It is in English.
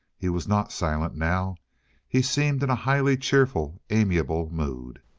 he was not silent now he seemed in a highly cheerful, amiable mood.